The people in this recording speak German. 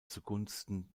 zugunsten